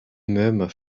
murmur